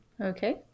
Okay